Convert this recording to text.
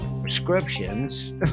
prescriptions